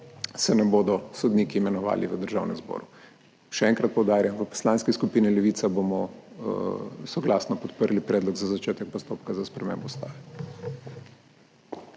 se ne bodo sodniki imenovali v Državnem zboru. Še enkrat poudarjam, v Poslanski skupini Levica bomo soglasno podprli Predlog za začetek postopka za spremembo Ustave.